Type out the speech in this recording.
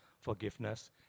forgiveness